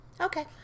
Okay